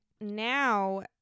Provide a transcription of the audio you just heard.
Now